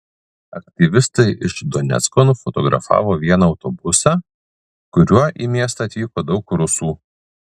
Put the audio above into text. aktyvistai iš donecko nufotografavo vieną autobusą kuriuo į miestą atvyko daug rusų